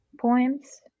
poems